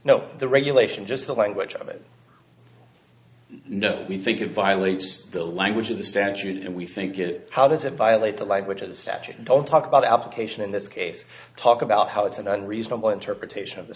now the regulation just the language of it no we think it violates the language of the statute and we think it how does it violate the language of the statute don't talk about application in this case talk about how it's a done reasonable interpretation of the